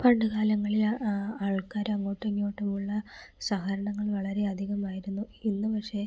പണ്ടുകാലങ്ങളിൽ ആൾക്കാർ അങ്ങട്ടും ഇങ്ങോട്ടും ഉള്ള സഹകരണങ്ങൾ വളരെ അധികമായിരുന്നു ഇന്ന് പക്ഷേ